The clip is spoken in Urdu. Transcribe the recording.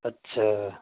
اچھا